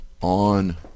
on